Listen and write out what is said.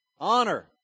Honor